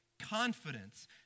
confidence